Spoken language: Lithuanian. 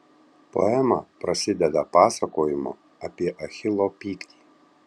poema prasideda pasakojimu apie achilo pyktį